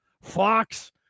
Fox